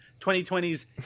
2020's